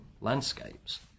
landscapes